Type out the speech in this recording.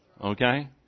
Okay